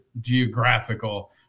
geographical